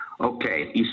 Okay